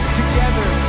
together